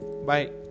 Bye